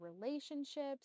relationships